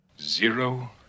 zero